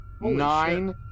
Nine